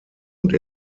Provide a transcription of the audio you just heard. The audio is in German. und